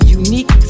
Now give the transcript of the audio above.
unique